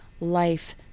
life